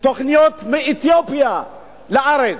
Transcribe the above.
תוכניות מאתיופיה לארץ.